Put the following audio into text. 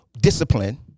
discipline